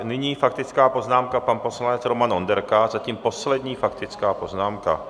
Nyní faktická poznámka, pan poslanec Roman Onderka, zatím poslední faktická poznámka.